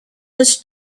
was